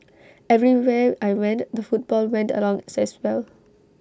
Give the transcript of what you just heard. everywhere I went the football went along as well